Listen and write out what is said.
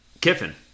Kiffin